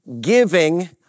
Giving